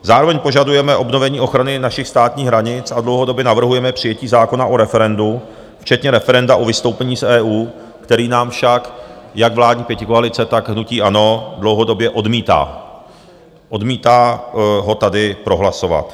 Zároveň požadujeme obnovení ochrany našich státních hranic a dlouhodobě navrhujeme přijetí zákona o referendu včetně referenda o vystoupení z EU, který nám však jak vládní pětikoalice, tak hnutí ANO, dlouhodobě odmítají tady prohlasovat.